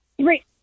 three